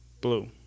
Blue